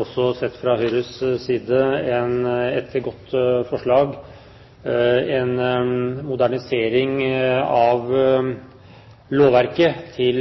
også sett fra Høyres side et godt forslag – en modernisering av lovverket til